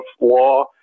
law